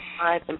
five